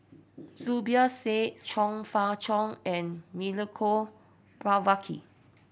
Zubir Said Chong Fah Cheong and Milenko Prvacki